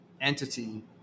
entity